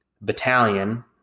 battalion